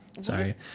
Sorry